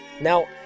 Now